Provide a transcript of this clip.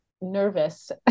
nervous